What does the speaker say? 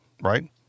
right